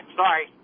sorry